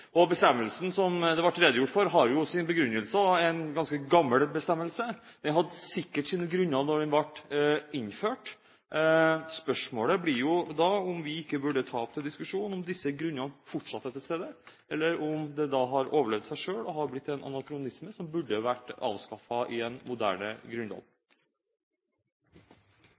her. Bestemmelsen som det ble redegjort for, har sin begrunnelse i en ganske gammel bestemmelse. Man hadde sikkert sine grunner da den ble innført. Spørsmålet blir om vi ikke burde ta opp til diskusjon om disse grunnene fortsatt er til stede, eller om bestemmelsen har overlevd seg selv og blitt en anakronisme, som burde vært avskaffet i en moderne grunnlov.